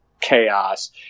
chaos